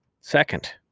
Second